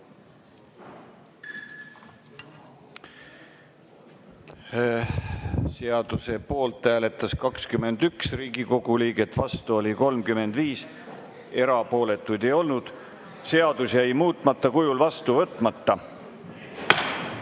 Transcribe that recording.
Seaduse poolt hääletas 21 Riigikogu liiget, vastu oli 35, erapooletuid ei olnud. Seadus jäi muutmata kujul vastu võtmata.